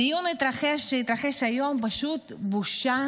הדיון שהתנהל היום פשוט בושה